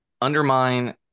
undermine